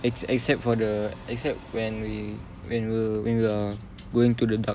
ex~ except for the except when we when we're when we're going to the dark